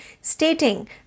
stating